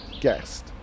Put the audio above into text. guest